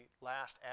last